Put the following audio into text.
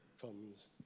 comes